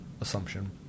assumption